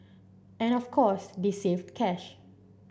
and of course they saved cash